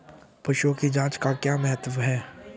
पशुओं की जांच का क्या महत्व है?